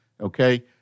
okay